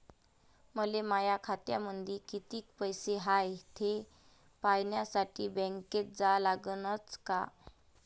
मले माया खात्यामंदी कितीक पैसा हाय थे पायन्यासाठी बँकेत जा लागनच का?